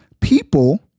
people